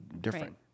different